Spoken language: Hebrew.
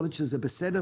יכול להיות שזה בסדר.